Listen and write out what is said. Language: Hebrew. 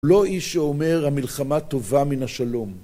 לא איש שאומר המלחמה טובה מן השלום.